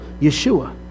Yeshua